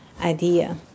idea